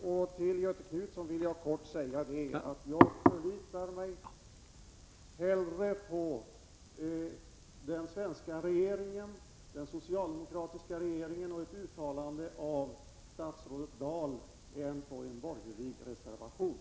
Jag förlitar mig hellre, Göthe Knutson, på den svenska socialdemokratiska regeringen och ett uttalande av statsrådet Dahl än på en borgerlig reservation.